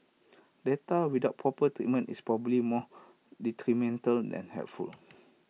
data without proper treatment is probably more detrimental than helpful